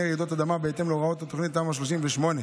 רעידות אדמה בהתאם להוראות התוכנית תמ"א 38,